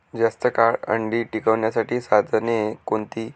जास्त काळ अंडी टिकवण्यासाठी साधने कोणती?